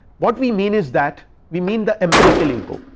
what we mean is that we mean the empirical ego,